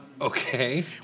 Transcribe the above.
Okay